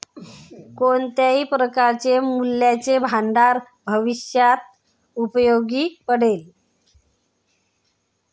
कोणत्याही प्रकारचे मूल्याचे भांडार भविष्यात उपयोगी पडेल